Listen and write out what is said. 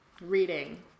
reading